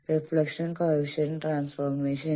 reflection coefficient transformation